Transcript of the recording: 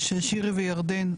שירי וירדן.